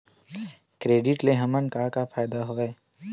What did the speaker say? Credit ले हमन का का फ़ायदा हवय?